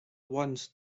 once